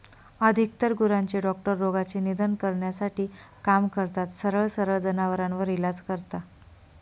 अधिकतर गुरांचे डॉक्टर रोगाचे निदान करण्यासाठी काम करतात, सरळ सरळ जनावरांवर इलाज करता